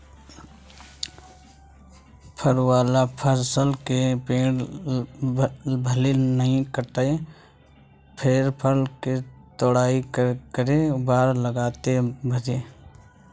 फर वाला फसल के पेड़ ल भले नइ काटय फेर फल के तोड़ाई करे बर लागथे भईर